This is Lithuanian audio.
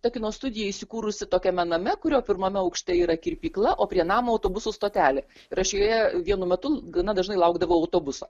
ta kino studija įsikūrusi tokiame name kurio pirmame aukšte yra kirpykla o prie namo autobusų stotelė ir aš joje vienu metu gana dažnai laukdavau autobuso